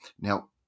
Now